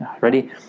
ready